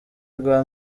rwa